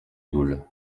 boules